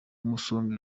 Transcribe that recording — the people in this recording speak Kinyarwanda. umusonga